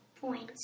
points